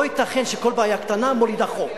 לא ייתכן שכל בעיה קטנה מולידה חוק.